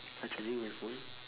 I charging my phone